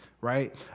right